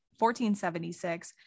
1476